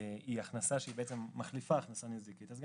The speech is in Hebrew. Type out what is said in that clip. ההכנסה הזאת מחליפה הכנסה נזיקית וגם